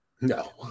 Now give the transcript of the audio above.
No